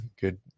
Good